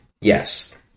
Yes